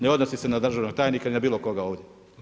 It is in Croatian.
Ne odnosi se na državnog tajnika ni n a bilo koga ovdje.